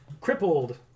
Crippled